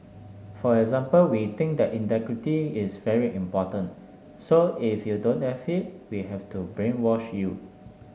for example we think that integrity is very important so if you don't have it we have to brainwash you